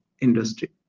industry